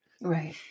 Right